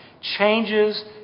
changes